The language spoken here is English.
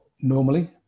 normally